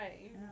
Right